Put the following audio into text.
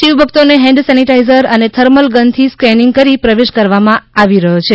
શિવભક્તોને hand sanitiser અને thermal ગનથીસ્કેનિંગ કરી પ્રવેશ આપવામાં આવે છે